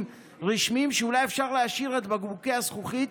רשמיים שאולי אפשר להשאיר את בקבוקי הזכוכית,